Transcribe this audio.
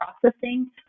processing